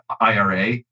IRA